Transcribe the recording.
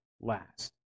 last